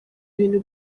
ibintu